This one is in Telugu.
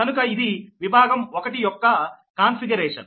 కనుక ఇది విభాగం 1 యొక్క ఆకృతీకరణ